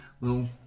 little